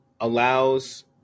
allows